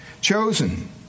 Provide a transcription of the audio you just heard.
Chosen